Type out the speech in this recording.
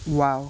wow